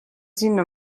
sinna